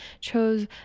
chose